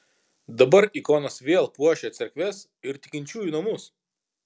dabar ikonos vėl puošia cerkves ir tikinčiųjų namus